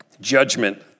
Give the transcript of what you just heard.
judgment